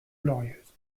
glorieuses